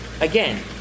again